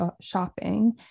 shopping